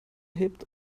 hebt